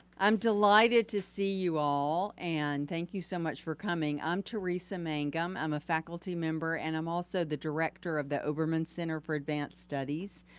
i'm delighted to see you all and thank you so much for coming. i'm teresa mangum. i'm a faculty member and i'm also the director of the obermann center for advanced studies,